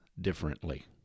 differently